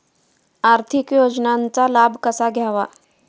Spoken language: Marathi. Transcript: आर्थिक योजनांचा लाभ कसा घ्यावा?